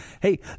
hey